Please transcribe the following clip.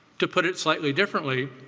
to put it slightly differently,